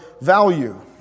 value